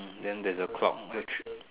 then there's a clock which